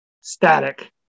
static